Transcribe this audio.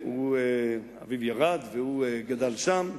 אביו ירד והוא גדל שם.